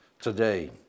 today